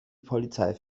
polizei